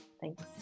thanks